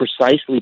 precisely